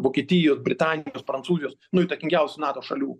vokietijos britanijos prancūzijos nu įtakingiausių nato šalių